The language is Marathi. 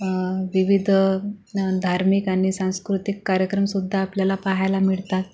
विविध धार्मिक आणि सांस्कृतिक कार्यक्रम सुद्धा आपल्याला पाहायला मिळतात